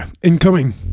Incoming